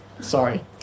sorry